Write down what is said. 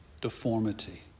deformity